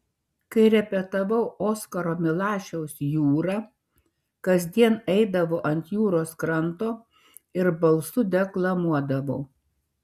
kai repetavau oskaro milašiaus jūrą kasdien eidavau ant jūros kranto ir balsu deklamuodavau